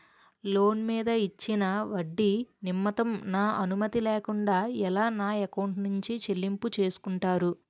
Loan మీద ఇచ్చిన ఒడ్డి నిమిత్తం నా అనుమతి లేకుండా ఎలా నా ఎకౌంట్ నుంచి చెల్లింపు చేసుకుంటారు?